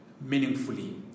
meaningfully